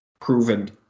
proven